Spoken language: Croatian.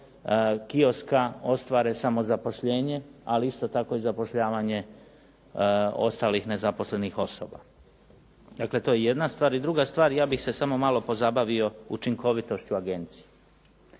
kioska ostvare samozapošljenje, ali isto tako i zapošljavanje ostalih nezaposlenih osoba. Dakle to je jedna stvar. I druga stvar, ja bih se samo malo pozabavio učinkovitošću agencije.